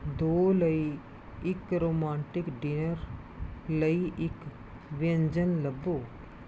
ਦੋ ਲਈ ਇੱਕ ਰੋਮਾਂਟਿਕ ਡਿਨਰ ਲਈ ਇੱਕ ਵਿਅੰਜਨ ਲੱਭੋ